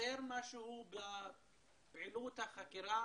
חסר משהו בפעילות החקירה?